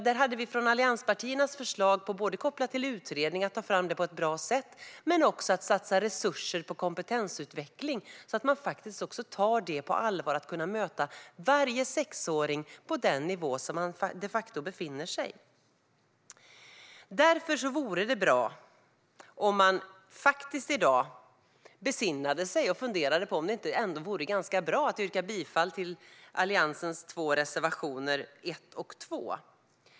Där hade vi från allianspartierna förslag på att koppla detta till utredningar för att ta fram det på ett bra sätt men också på att satsa resurser på kompetensutveckling så att man tar detta på allvar: att kunna möta varje sexåring på den nivå som han eller hon de facto befinner sig. Därför vore det bra om man i dag besinnade sig och funderade på om det ändå inte vore ganska bra att yrka bifall till Alliansens två reservationer, 1 och 2.